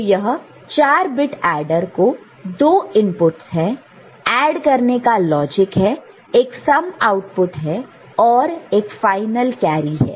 तो यह 4 bit adder को 2 इनपुटस है ऐड करने का लॉजिक है एक सम आउटपुट है और फाइनल कैरी है